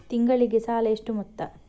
ತಿಂಗಳಿಗೆ ಸಾಲ ಎಷ್ಟು ಮೊತ್ತ?